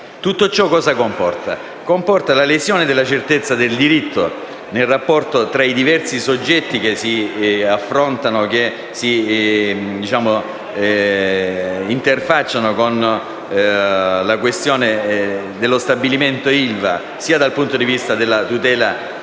comporta? Comporta la lesione della certezza del diritto nel rapporto tra i diversi soggetti che si affrontano e che si interfacciano con la questione dello stabilimento ILVA, sia dal punto di vista della tutela dei